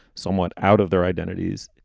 somewhat out of their identities.